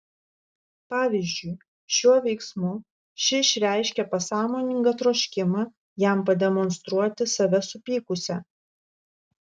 pavyzdžiui šiuo veiksmu ši išreiškė pasąmoningą troškimą jam pademonstruoti save supykusią